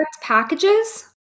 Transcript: packages